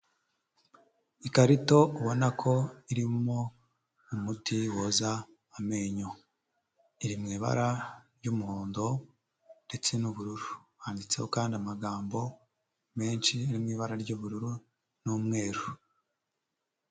Ikarito ubona ko irimo umuti woza amenyo, iri mu ibara ry'umuhondo ndetse n'ubururu handitseho kandi amagambo menshi ari mu ibara ry'ubururu n'umweru.